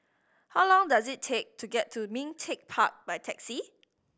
how long does it take to get to Ming Teck Park by taxi